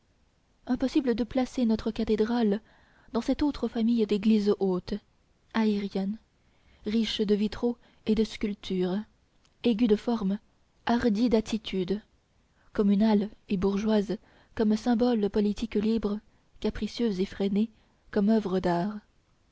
impossible de placer notre cathédrale dans cette autre famille d'églises hautes aériennes riches de vitraux et de sculptures aiguës de formes hardies d'attitudes communales et bourgeoises comme symboles politiques libres capricieuses effrénées comme oeuvre d'art